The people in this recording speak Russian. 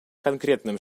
конкретным